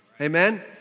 Amen